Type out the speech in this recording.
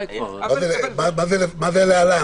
מה זה "להלן"?